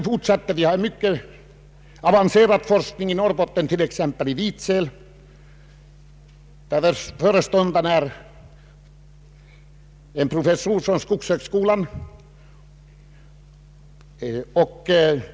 I Norrbotten förekommer mycket avancerad forskning t.ex. i Vidsel, där verksamheten förestås av en professor från Skogshögskolan.